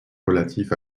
relatif